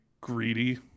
greedy